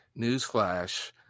Newsflash